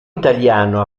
italiano